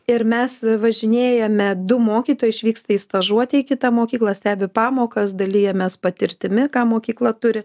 ir mes važinėjame du mokytojai išvyksta į stažuotę į kitą mokyklą stebi pamokas dalijamės patirtimi ką mokykla turi